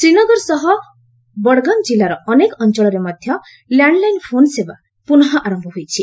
ଶ୍ରୀନଗର ସହର ଓ ବଡ଼ଗାମ୍ ଜିଲ୍ଲାର ଅନେକ ଅଞ୍ଚଳରେ ମଧ୍ୟ ଲ୍ୟାଣ୍ଡ୍ ଲାଇନ୍ ଫୋନ୍ ସେବା ପ୍ରନଃ ଆରମ୍ଭ ହୋଇଛି